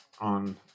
On